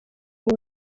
ute